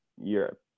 Europe